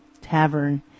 tavern